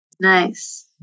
Nice